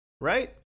right